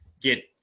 get